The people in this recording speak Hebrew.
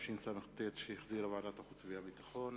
התשס"ט 2009, שהחזירה ועדת החוץ והביטחון,